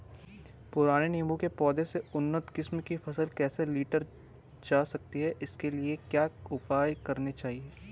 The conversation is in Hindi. पुराने नीबूं के पौधें से उन्नत किस्म की फसल कैसे लीटर जा सकती है इसके लिए क्या उपाय करने चाहिए?